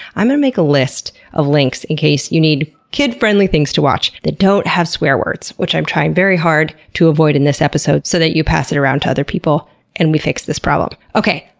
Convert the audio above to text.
i'm gonna make a list of links in case you need kid-friendly things to watch, that don't have swear words, which i'm trying very hard to avoid in this episode so that you pass it around to other people and we fix this problem. okay,